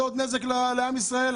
זה עוד נזק לעם ישראל,